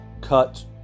cut